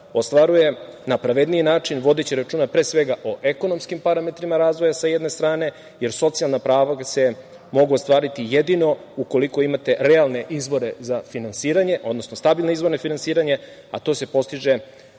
ostvaruje na pravedniji način, vodeći računa pre svega o ekonomskim parametrima razvoja, sa jedne strane, jer socijalna prava se mogu ostvariti jedino ukoliko imate realne izvore za finansiranje, odnosno stabilne izvore finansiranja, a to se postiže